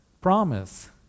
promise